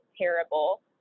terrible